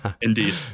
Indeed